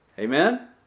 Amen